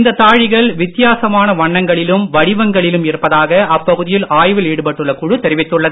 இந்த தாழிகள் வித்தியாசமான வண்ணங்களிலும் வடிவங்களிலும் இருப்பதாக அப்பகுதியில் ஆய்வில் ஈடுபட்டுள்ள குழு தெரிவித்துள்ளது